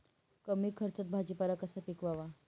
कमी खर्चात भाजीपाला कसा पिकवावा?